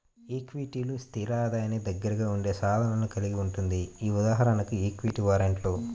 ఈక్విటీలు, స్థిర ఆదాయానికి దగ్గరగా ఉండే సాధనాలను కలిగి ఉంటుంది.ఉదాహరణకు ఈక్విటీ వారెంట్లు